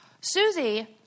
Susie